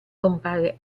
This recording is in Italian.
compare